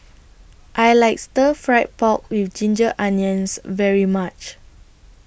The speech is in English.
I like Stir Fried Pork with Ginger Onions very much